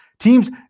Teams